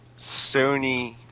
Sony